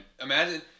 Imagine